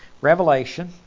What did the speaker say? Revelation